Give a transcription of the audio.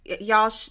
y'all